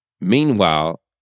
Meanwhile